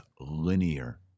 linear